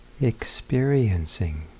Experiencing